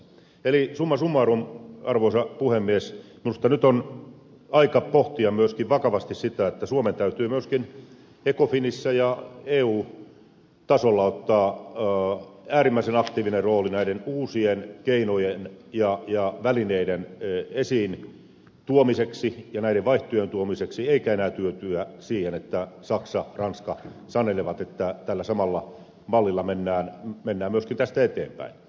eli summa summarum arvoisa puhemies minusta nyt on aika pohtia myöskin vakavasti sitä että suomen täytyy myöskin ecofinissa ja eu tasolla ottaa äärimmäisen aktiivinen rooli näiden uusien keinojen ja välineiden esiin tuomiseksi ja näiden vaihtoehtojen tuomiseksi eikä enää tyytyä siihen että saksa ja ranska sanelevat että tällä samalla mallilla mennään myöskin tästä eteenpäin